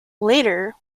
later